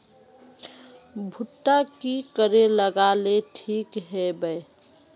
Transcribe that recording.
भुट्टा की करे लगा ले ठिक है बय?